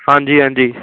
ਹਾਂਜੀ ਹਾਂਜੀ